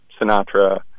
Sinatra